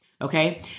Okay